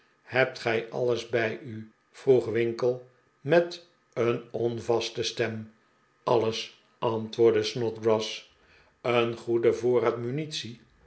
hebt gij alles bij u vroeg winkle met een onvaste stem alles antwoordde snodgrass een goeden voorraad munitie